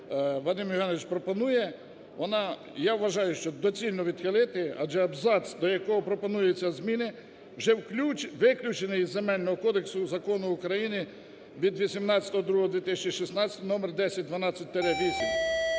Вадим Євгенович пропонує, вона, я вважаю, що доцільно відхилити. Адже абзац, до якого пропонуються зміни, вже виключений із Земельного кодексу закону України від 18.02.2016 (№ 1012-8).